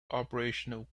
operational